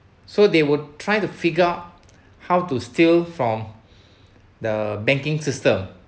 so they would try to figure out how to steal from the banking system